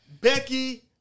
Becky